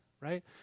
right